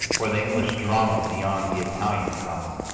or the english drama beyond the italian drama.